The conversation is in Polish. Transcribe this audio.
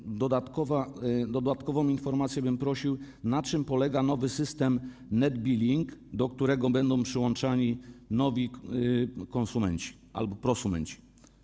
I o dodatkową informację bym prosił: Na czym polega nowy system net- billing, do którego będą przyłączani nowi konsumenci albo prosumenci?